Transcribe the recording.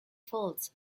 faults